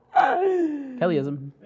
Kellyism